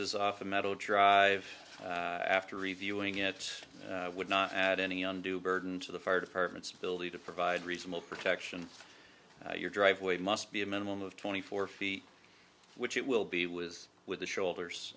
duplexes off the metal drive after reviewing it would not add any undue burden to the fire department's ability to provide reasonable protection your driveway must be a minimum of twenty four feet which it will be was with the shoulders